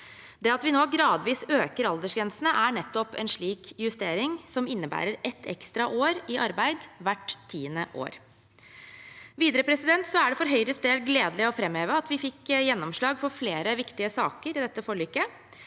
Det at vi nå gradvis øker aldersgrensene, er nettopp en slik justering som innebærer ett ekstra år i arbeid hvert tiende år. Videre er det for Høyres del gledelig å framheve at vi fikk gjennomslag for flere viktige saker i dette forliket.